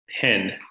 pen